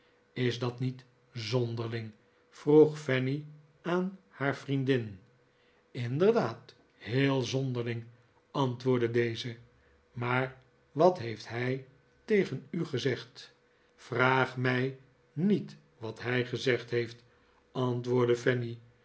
is dat niet zonderling vroeg fanny aan haar vriendin inderdaad heel zonderling antwoordde deze maar wat heeft hij tegen u gezegd vraag mij niet wat hij gezegd heeft